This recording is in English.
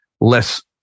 less